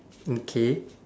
okay